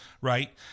right